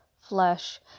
flesh